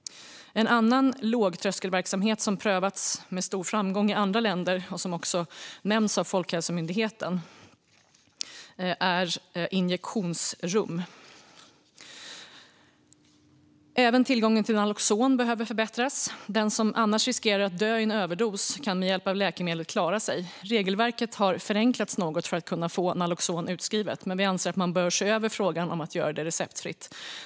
En annan lågtröskelverksamhet som prövats med stor framgång i andra länder, och som också nämns av Folkhälsomyndigheten, är injektionsrum. Även tillgången till Naloxon behöver förbättras. Den som annars riskerar att dö i en överdos kan med hjälp av läkemedlet klara sig. Regelverket har förenklats något för att människor ska kunna få Naloxon utskrivet. Men vi anser att man bör se över frågan om att göra det receptfritt.